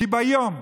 כי ביום,